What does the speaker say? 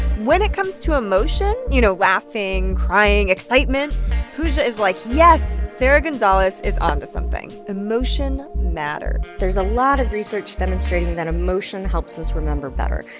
when it comes to emotion you know, laughing, crying, excitement pooja is like, yes, sarah gonzalez is onto something. emotion matters there's a lot of research demonstrating that emotion helps us remember better.